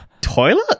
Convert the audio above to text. toilet